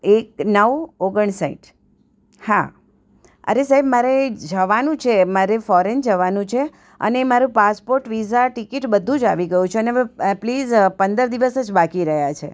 એક નવ ઓગણસાઠ હા અરે સાહેબ મારે જવાનું છે મારે ફોરેન જવાનું છે અને મારો પાસપોટ વિઝા ટિકિટ બધું જ આવી ગયું છે અને હવે પ્લીઝ હવે પંદર દિવસ જ બાકી રહ્યા છે